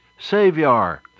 Savior